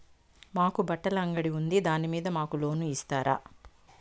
మాకు బట్టలు అంగడి ఉంది దాని మీద మాకు లోను ఇస్తారా